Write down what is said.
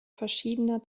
verschiedener